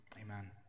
Amen